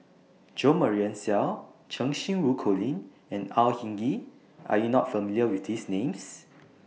Jo Marion Seow Cheng Xinru Colin and Au Hing Yee Are YOU not familiar with These Names